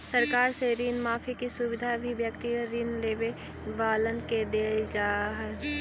सरकार से ऋण माफी के सुविधा भी व्यक्तिगत ऋण लेवे वालन के देल जा हई